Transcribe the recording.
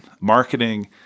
Marketing